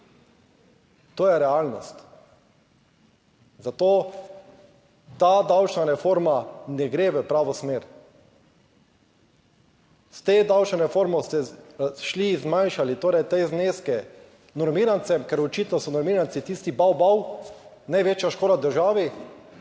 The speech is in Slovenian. To je realnost. Zato ta davčna reforma ne gre v pravo smer. S to davčno reformo ste šli, zmanjšali torej te zneske normirancem, ker očitno so normiranci tisti bav bav največja škoda državi.